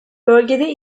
bölgede